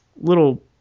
Little